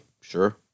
sure